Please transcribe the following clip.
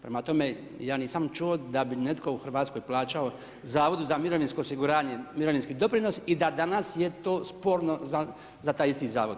Prema tome ja nisam čuo da bi netko u Hrvatskoj plaćao Zavodu za mirovinsko osiguranje, mirovinski doprinos i da danas je to sporno za taj isti zavod.